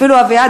אפילו אביעד,